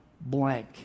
blank